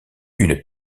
une